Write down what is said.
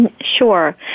Sure